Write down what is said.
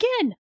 again